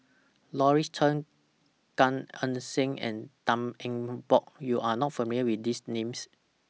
Louis Chen Gan Eng Seng and Tan Eng Bock YOU Are not familiar with These Names